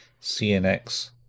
CNX